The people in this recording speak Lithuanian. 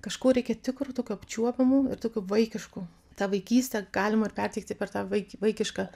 kažko reikia tikro tokio apčiuopiamo ir tokio vaikiško tą vaikystę galima ir perteikti per tą vaik vaikišką